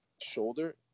shoulder